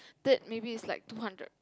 that maybe is like two hundred